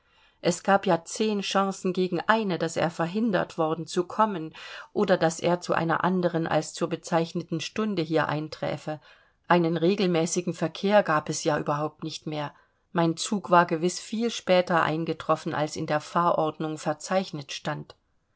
es gab ja zehn chancen gegen eine daß er verhindert worden zu kommen oder daß er zu einer anderen als zur bezeichneten stunde hier einträfe einen regelmäßigen verkehr gab es ja überhaupt nicht mehr mein zug war gewiß viel später eingetroffen als in der fahrordnung verzeichnet stand